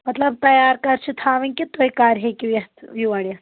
مطلب تیار کر چھ تھاوٕنۍ کہِ تُہۍ کر ہیٚکِو یَتھ یور یِتھ